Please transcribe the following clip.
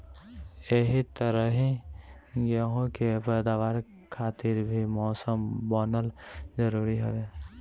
एही तरही गेंहू के पैदावार खातिर भी मौसम बनल जरुरी हवे